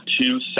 two